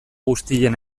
guztien